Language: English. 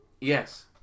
yes